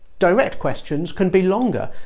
direct questions can be longer,